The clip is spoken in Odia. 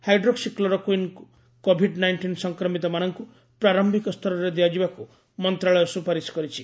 ହାଇଡ୍ରୋକ୍ସି କ୍ଲୋରୋକ୍ୱିନ୍କୁ କୋଭିଡ ନାଇଷ୍ଟିନ୍ ସଂକ୍ରମିତମାନଙ୍କୁ ପ୍ରାରମ୍ଭିକ ସ୍ତରରେ ଦିଆଯିବାକୁ ମନ୍ତଶାଳୟ ସୁପାରିଶ କରିଛି